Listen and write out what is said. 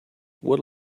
what